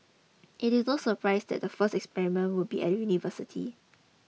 it is no surprise that the first experiments will be at a university